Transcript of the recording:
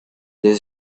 desde